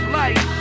life